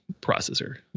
processor